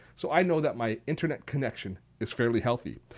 so i know that my internet connection is fairly healthy.